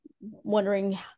wondering